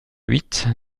huit